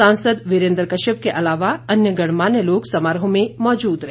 सांसद वीरेन्द्र कश्यप के अलावा अन्य गणमान्य लोग समारोह में मौजूद रहे